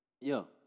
Yo